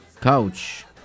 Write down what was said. couch